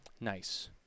Nice